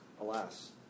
Alas